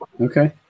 Okay